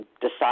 decide